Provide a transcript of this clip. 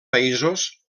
països